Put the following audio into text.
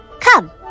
Come